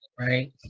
right